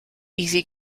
easy